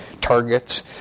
targets